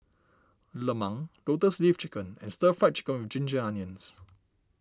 Lemang Lotus Leaf Chicken and Stir Fried Chicken with Ginger Onions